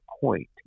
point